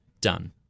done